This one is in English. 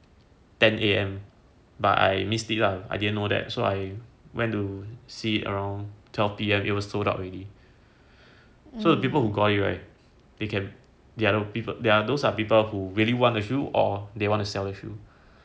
ten A_M but I missed it lah I didn't know that so I went to see around twelve P_M it was sold out already so the people who got it right they can they are those people those are people who really want the shoe or they want to sell the shoe